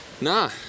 Nah